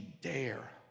dare